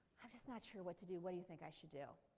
i'm just not sure what to do, what do you think i should do.